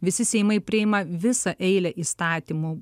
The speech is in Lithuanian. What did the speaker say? visi seimai priima visą eilę įstatymų